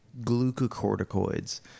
glucocorticoids